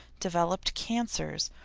developed cancers,